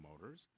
Motors